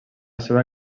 seva